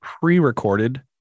pre-recorded